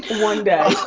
one day.